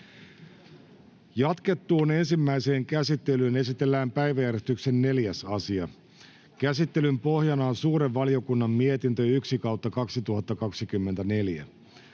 Jatkettuun ensimmäiseen käsittelyyn esitellään päiväjärjestyksen 4. asia. Käsittelyn pohjana on suuren valiokunnan mietintö SuVM 1/2024